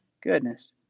Goodness